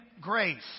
grace